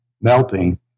melting